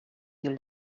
you